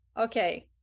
Okay